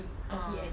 uh